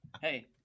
Hey